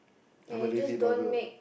and you just don't make